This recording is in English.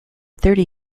thirty